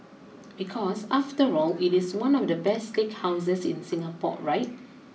because after all it is one of the best steakhouses in Singapore right